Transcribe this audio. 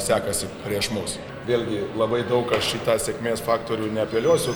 sekasi prieš mus vėlgi labai daug aš į tą sėkmės faktorių neapeliuosiu